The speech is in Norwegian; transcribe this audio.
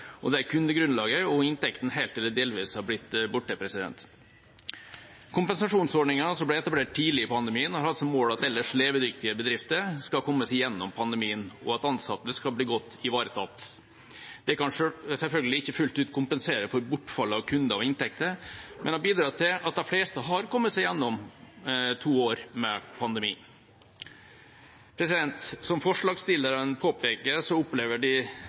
og der kundegrunnlaget og inntektene helt eller delvis har blitt borte. Kompensasjonsordningene som ble etablert tidlig i pandemien, har hatt som mål at ellers levedyktige bedrifter skal komme seg gjennom pandemien, og at ansatte skal bli godt ivaretatt. Det kan selvfølgelig ikke fullt ut kompensere for bortfall av kunder og inntekter, men har bidratt til at de fleste har kommet seg gjennom to år med pandemi. Som forslagsstillerne påpeker, opplever de